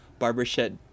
Barbershed